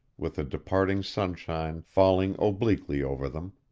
with the departing sunshine falling obliquely over them,